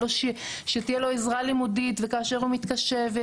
שתהיה לו עזרה לימודית וכאשר הוא מתקשה.